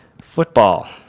Football